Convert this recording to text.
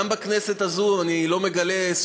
גם בכנסת הזאת,